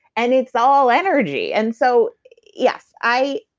and it's all energy. and so yes, i.